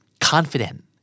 confident